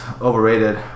overrated